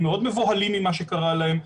הם מאוד מבוהלים ממה שקרה להם,